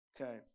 Okay